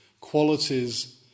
qualities